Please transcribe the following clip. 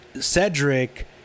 Cedric